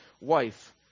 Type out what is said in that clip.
wife